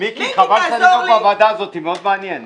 מיקי, חבל שאני לא בוועדה הזאת, מאוד מעניין.